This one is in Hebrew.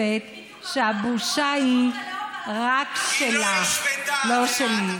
התובנה השנייה היא שאין לשתוק מול עוול,